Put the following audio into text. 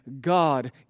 God